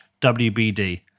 WBD